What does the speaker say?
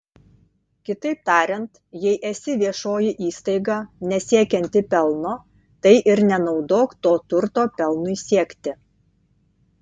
kitaip tariant jei esi viešoji įstaiga nesiekianti pelno tai ir nenaudok to turto pelnui siekti